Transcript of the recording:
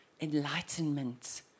enlightenment